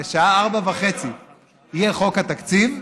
בשעה 16:30 יהיה חוק התקציב,